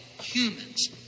humans